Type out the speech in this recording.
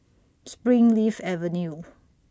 Springleaf Avenue